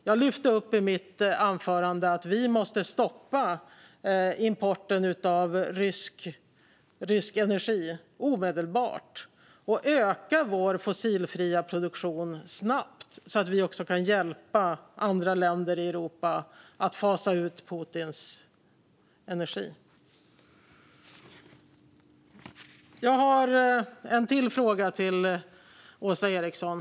Jag lyfte i mitt anförande upp att vi måste stoppa importen av rysk energi omedelbart och öka vår fossilfria produktion snabbt så att vi också kan hjälpa andra länder i Europa att fasa ut Putins energi. Jag har en till fråga till Åsa Eriksson.